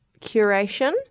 curation